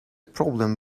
problem